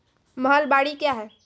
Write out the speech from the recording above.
महलबाडी क्या हैं?